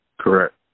Correct